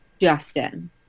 Justin